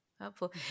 helpful